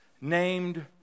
named